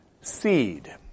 seed